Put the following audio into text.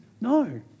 No